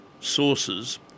sources